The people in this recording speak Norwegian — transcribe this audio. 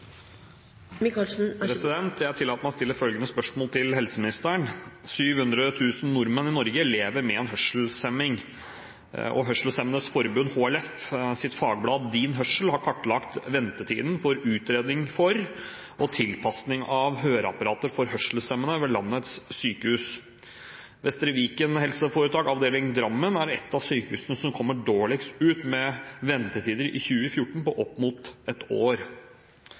til helseministeren: «Nærmere 700 000 mennesker i Norge lever med en hørselshemning. Hørselshemmedes Landsforbunds fagblad Din Hørsel har kartlagt ventetiden for utredning for, og tilpasning av, høreapparater for hørselshemmede ved landets sykehus. Vestre Viken HF, avdeling Drammen, er ett av sykehusene som kommer dårligst ut, med ventetider i 2014 på opp mot ett år.